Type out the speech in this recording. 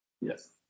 Yes